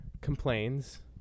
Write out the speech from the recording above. complains